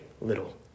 little